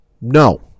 No